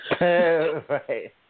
Right